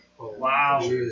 Wow